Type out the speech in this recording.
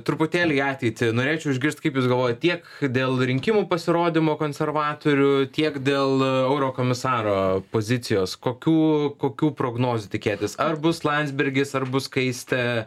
truputėlį į ateitį norėčiau išgirsti kaip jūs galvojat tiek dėl rinkimų pasirodymo konservatorių tiek dėl eurokomisaro pozicijos kokių kokių prognozių tikėtis ar bus landsbergis ar bus skaistė